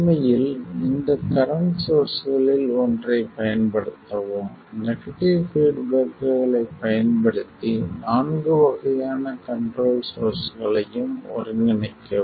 உண்மையில் இந்த கரண்ட் சோர்ஸ்களில் ஒன்றைப் பயன்படுத்தவும் நெகடிவ் பீட்பேக்களைப் பயன்படுத்தி நான்கு வகையான கண்ட்ரோல்ட் சோர்ஸ்களையும் ஒருங்கிணைக்கவும்